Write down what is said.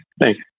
Thanks